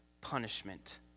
punishment